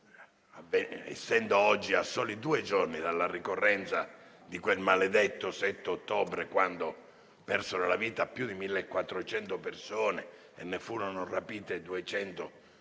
avvenga oggi, a soli due giorni dalla ricorrenza di quel maledetto 7 ottobre, quando persero la vita più di 1.400 persone e ne furono rapite 250,